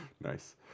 Nice